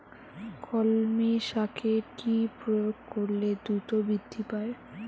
কলমি শাকে কি প্রয়োগ করলে দ্রুত বৃদ্ধি পায়?